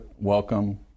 welcome